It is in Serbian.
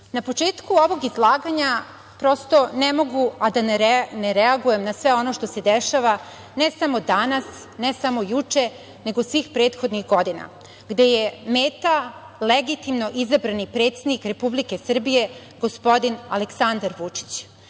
početku ovog izlaganja, prosto, ne mogu a da ne reagujem na sve ono što se dešava ne samo danas, ne samo juče, nego svih prethodnih godina, gde je meta legitimno izabrani predsednik Republike Srbije gospodin Aleksandar Vučić. Zaista